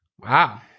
Wow